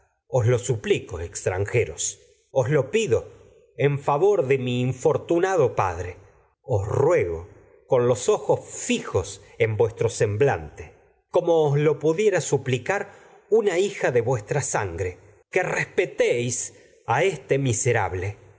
os lo supli infortunado semblan extranjeros os lo pido en favor de ruego padre os te como con los ojos fijos en vuestro os lo pudiera suplicar una hija de vuestra san a gre nos que respetéis en este un miserable